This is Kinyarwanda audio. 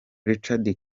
richard